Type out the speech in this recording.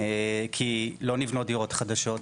כי לא נבנות דירות חדשות,